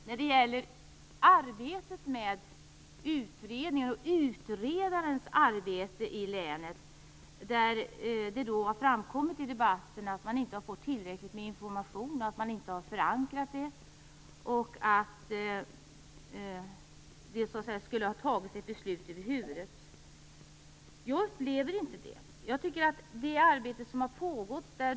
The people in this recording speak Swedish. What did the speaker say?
När det gäller utredningen och utredarens arbete i länet, har det framkommit i debatten att informationen inte har varit tillräcklig, och att man inte har förankrat det här. Det skulle ha fattats ett beslut över huvudet på folk. Jag upplever det inte så.